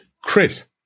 Chris